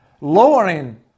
lowering